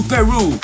Peru